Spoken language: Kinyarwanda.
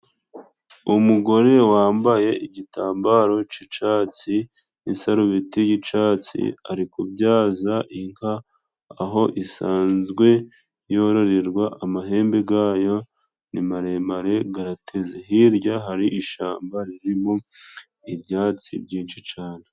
Umugore wambaye igitambaro c'icatsi n'isarubeti y'icatsi, ari kubyaza inka aho isanzwe yororerwa amahembe gayo ni maremare garateze. Hirya hari ishamba ririmo ibyatsi byinshi cane.